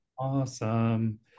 Awesome